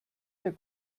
der